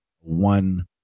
one